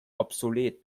obsolet